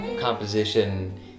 composition